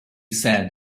said